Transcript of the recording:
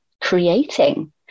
creating